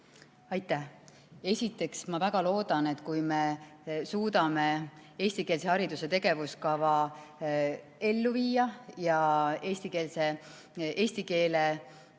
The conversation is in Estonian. Aitäh! Esiteks, ma väga loodan, et kui me suudame eestikeelse hariduse tegevuskava ellu viia ja eesti keele